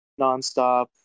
nonstop